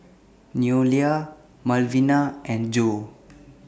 Noelia Malvina and Jo